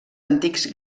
antics